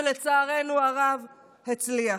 שלצערנו הרב הצליח.